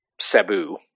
Sabu